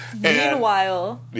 meanwhile